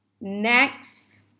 Next